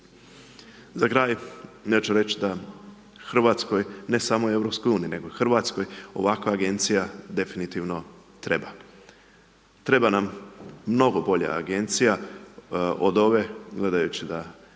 Za kraj, ja ću reći, da Hrvatskoj, ne samo EU, nego Hrvatskoj ovakva agencija definitivno treba. Treba nam mnogo bolja agencija od ove, gledajući da